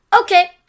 Okay